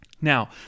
Now